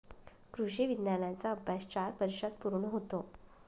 कृषी विज्ञानाचा अभ्यास चार वर्षांत पूर्ण होतो